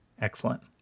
Excellent